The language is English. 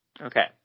Okay